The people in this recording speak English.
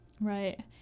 Right